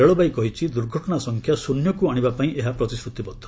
ରେଳବାଇ କହିଛି ଦୁର୍ଘଟଣା ସଂଖ୍ୟା ଶୃନ୍ୟକୁ ଆଶିବାପାଇଁ ଏହା ପ୍ରତିଶ୍ରତିବଦ୍ଧ